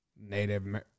native